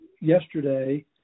yesterday